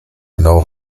genau